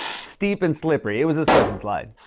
steep, and slippery. it was a slip n slide.